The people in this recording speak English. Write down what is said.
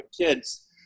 kids